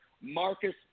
Marcus